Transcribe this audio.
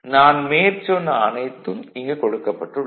நான் மேற்சொன்ன அனைத்தும் இங்கு கொடுக்கப்பட்டுள்ளது